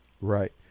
right